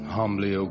humbly